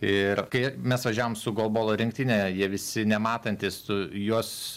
ir kai mes važiavom su golbolo rinktine jie visi nematantys tu juos